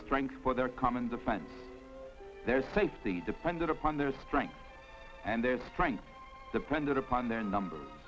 strength for their common defense their safety depended upon their strength and their strength depended upon their number